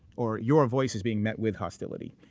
or your voice is being met with hostility.